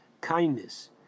kindness